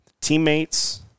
teammates